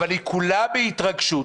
אבל היא כולה בהתרגשות.